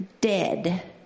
dead